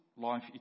life